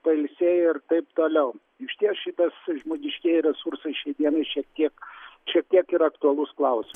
pailsėję ir taip toliau išties šitas žmogiškieji resursai šiai dienai šiek tiek šiek tiek ir aktualus klausimas